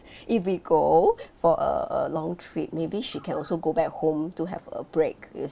if we go for a a long trip maybe she can also go back home to have a break you